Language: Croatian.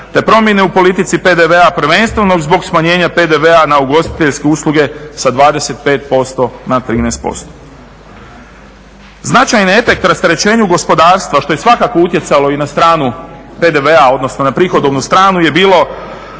te promjene u politici PDV-a prvenstveno zbog smanjenja PDV-a na ugostiteljske usluge sa 25% na 13%. Značajni efekt u rasterećenju gospodarstva što je svakako utjecalo i na stranu PDV-a odnosno na prihodovnu stranu je bilo